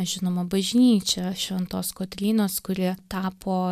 žinoma bažnyčia šventos kotrynos kuri tapo